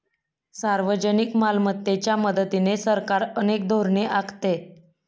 सार्वजनिक मालमत्तेच्या मदतीने सरकार अनेक धोरणे आखते